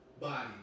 Body